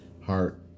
heart